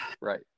Right